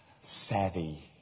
savvy